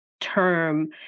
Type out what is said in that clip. term